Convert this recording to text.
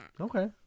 Okay